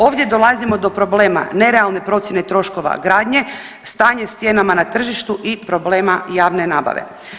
Ovdje dolazimo do problema nerealne procjene troškova gradnje, stanje s cijenama na tržištu i problema javne nabave.